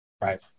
Right